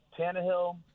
Tannehill